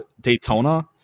Daytona